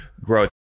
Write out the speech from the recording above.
growth